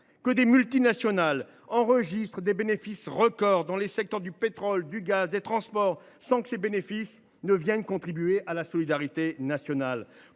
que des multinationales enregistrent des bénéfices records, dans les secteurs du pétrole, du gaz ou des transports, sans que ces bénéfices viennent contribuer à la solidarité nationale